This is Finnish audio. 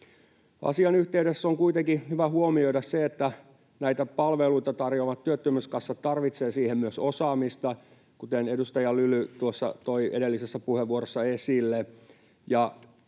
Asian yhteydessä on kuitenkin hyvä huomioida se, että näitä palveluita tarjoavat työttömyyskassat tarvitsevat siihen myös osaamista, kuten edustaja Lyly tuossa toi edellisessä puheenvuorossa esille.